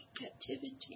captivity